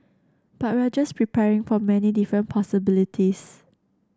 but we're just preparing for many different possibilities